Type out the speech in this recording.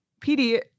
PD